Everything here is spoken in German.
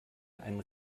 einen